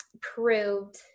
proved